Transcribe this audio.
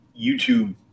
YouTube